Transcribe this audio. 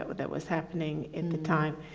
that was happening in the time.